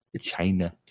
China